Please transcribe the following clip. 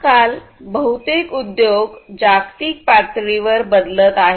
आज काल बहुतेक उद्योग जागतिक पातळीवर बदलत आहेत